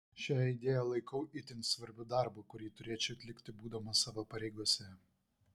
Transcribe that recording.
šią idėją laikau itin svarbiu darbu kurį turėčiau atlikti būdamas savo pareigose